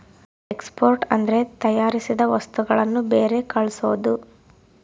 export ಅಂದ್ರೆ ತಯಾರಿಸಿದ ವಸ್ತುಗಳನ್ನು ಬೇರೆ ಕಳ್ಸೋದು